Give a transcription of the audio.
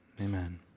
Amen